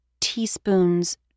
teaspoons